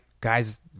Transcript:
guys